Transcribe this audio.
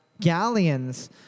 galleons